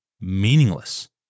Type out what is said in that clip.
meaningless